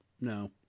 No